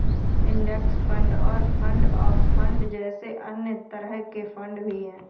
index fund और fund of fund जैसे अन्य तरह के फण्ड भी हैं